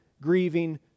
grieving